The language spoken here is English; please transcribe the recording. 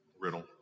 riddle